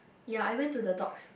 ya I went to the dogs